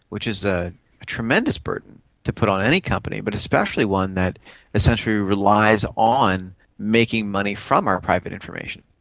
which is a tremendous burden to put on any company, but especially one that essentially relies on making money from our private information.